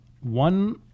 One